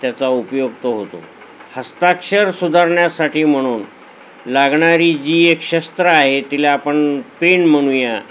त्याचा उपयोग तो होतो हस्ताक्षर सुधारण्यासाठी म्हणून लागणारी जी एक शस्त्र आहे तिला आपण पेन म्हणू या